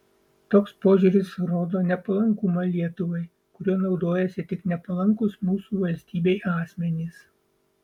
toks požiūris rodo nepalankumą lietuvai kuriuo naudojasi tik nepalankūs mūsų valstybei asmenys